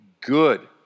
good